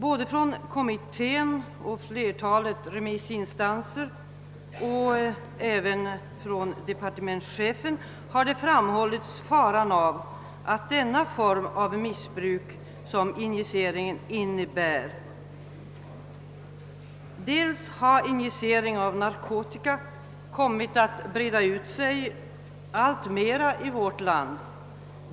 Både från kommittén, från flertalet remissinstanser och även av departementschefen har framhållits faran av den form av missbruk som injiceringen innebär. Förekomsten av narkotikainjicering har alltmer börjat breda ut sig i vårt land.